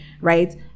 right